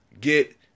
get